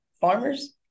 farmers